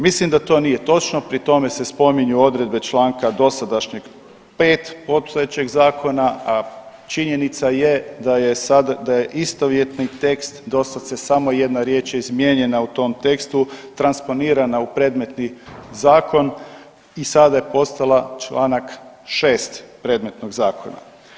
Mislim da to nije točno, pri tome se spominju odredbe članka dosadašnjeg 5 postojećeg zakona, a činjenica je da je istovjetni tekst do sad se samo jedna riječ izmijenjena u tom tekstu transponirana u predmetni zakon i sada je postala čl. 6. predmetnog zakona.